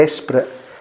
desperate